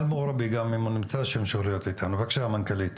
סמנכ"לית